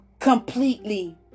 Completely